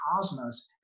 cosmos